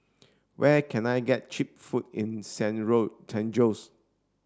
where can I get cheap food in San San Jose